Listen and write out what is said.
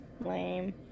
Lame